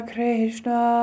Krishna